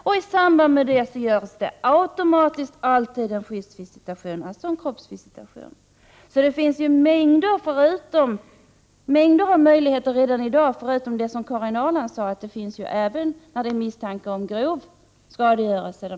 I samband med detta sker automatiskt alltid en skyddsvisitation, alltså en kroppsvisitation. Det finns därför mängder av möjligheter till visitationer redan i dag förutom det som Karin Ahrland nämnde beträffande misstanke om grov skadegörelse.